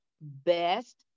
best